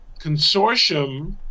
consortium